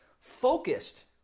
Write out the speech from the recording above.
focused